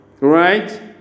Right